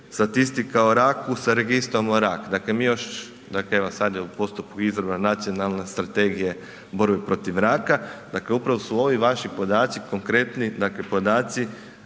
statistika o raku sa registrom o raku. Dakle mi još, dakle evo sad je u postupku izrada Nacionalne strategije borbe protiv raka. Dakle, upravo su ovi vaši podaci konkretni dakle podaci